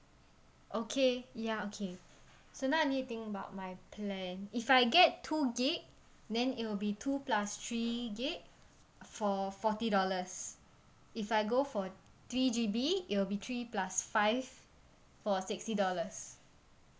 okay ya okay so now I need to think about my plan if I get two gig then it will be two plus three gig for forty dollars if I go for three G_B it will be three plus five for sixty dollars